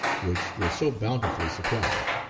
which were so bountifully supplied.